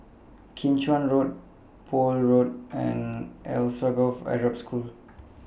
Kim Chuan Road Poole Road and Alsagoff Arab School